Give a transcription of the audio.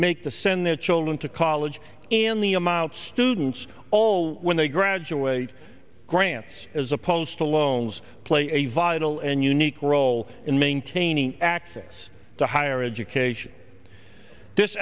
make to send their children to college in the amount students all when they graduate grants as opposed to loans play a vital and unique role in maintaining access to higher education this